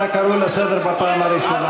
אתה קרוי לסדר בפעם הראשונה.